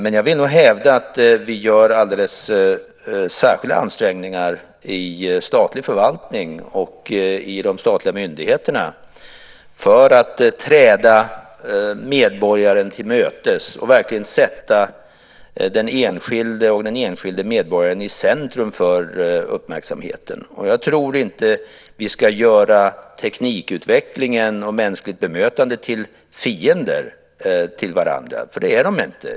Men jag vill nog hävda att vi gör alldeles särskilda ansträngningar i statlig förvaltning och i de statliga myndigheterna för att träda medborgaren till mötes och verkligen sätta den enskilde medborgaren i centrum för uppmärksamheten. Jag tror inte att vi ska göra teknikutvecklingen och mänskligt bemötande till fiender till varandra, för det är de inte.